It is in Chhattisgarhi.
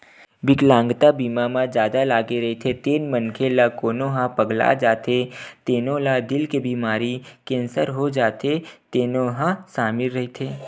बिकलांगता बीमा म जादा लागे रहिथे तेन मनखे ला कोनो ह पगला जाथे तेनो ला दिल के बेमारी, केंसर हो जाथे तेनो ह सामिल रहिथे